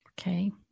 Okay